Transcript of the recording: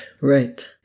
Right